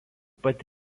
pat